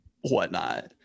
whatnot